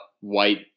white